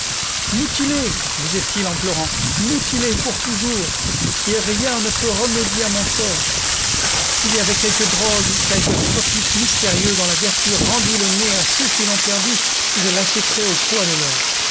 mutilé disait-il en pleurant mutilé pour toujours et rien ne peut remédier à mon sert s'il y avait quelque drogue quelque topique mystérieux dont la vertu rendît le nez à ceux qui l'ont perdu je l'achèterais au poids de l'or